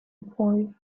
boy